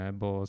bo